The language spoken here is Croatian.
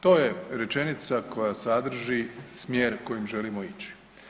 To je rečenica koja sadrži smjer kojim želimo ići.